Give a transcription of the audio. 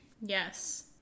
Yes